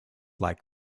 like